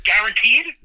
guaranteed